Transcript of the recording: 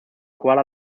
kuala